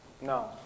No